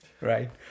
right